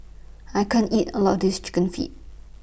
I can't eat All of This Chicken Feet